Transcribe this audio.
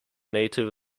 native